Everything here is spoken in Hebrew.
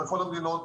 כל המדינות.